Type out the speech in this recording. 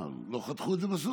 לא חתכו את זה בסוף?